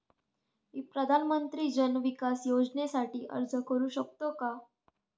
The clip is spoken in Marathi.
मी प्रधानमंत्री जन विकास योजनेसाठी अर्ज करू शकतो का?